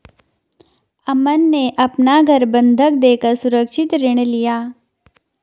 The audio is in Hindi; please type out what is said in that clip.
अमन ने अपना घर बंधक देकर सुरक्षित ऋण लिया